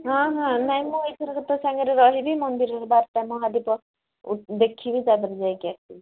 ହଁ ହଁ ନାଇଁ ମୁଁ ଏହିଥରକ ତୋ ସାଙ୍ଗରେ ରହିବି ମନ୍ଦିରରେ ବାରଟା ମହାଦୀପ ଦେଖିବି ତାପରେ ଯାଇକି ଆସିବି